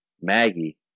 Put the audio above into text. Maggie